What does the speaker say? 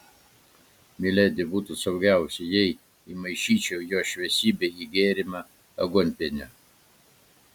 miledi būtų saugiausia jei įmaišyčiau jo šviesybei į gėrimą aguonpienio